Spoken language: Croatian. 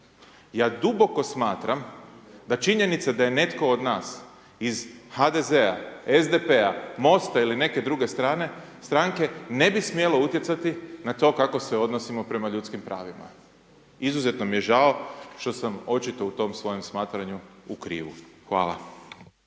Ja duboko smatram da činjenica da je netko od nas iz HDZ-a, SDP-a, Mosta ili neke druge stranke, ne bi smjelo utjecati na to kako se odnosimo prema ljudskim pravima. Izuzetno mi je žao što sam očito u tom svojem smatranju u krivu. Hvala.